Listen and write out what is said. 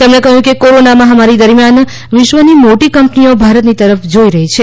તેમણે કહ્યું કે કોરોના મહામારી દરમિયાન વિશ્વની મોટી કંપનીઓ ભારતની તરફ જોઇ રહી છે